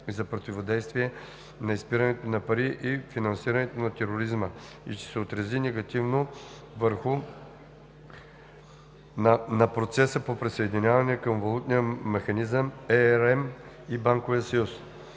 за противодействие на изпирането на пари и финансирането на тероризма и ще се отрази негативно на процеса по присъединяване към Валутния механизъм II (ERM II) и Банковия съюз.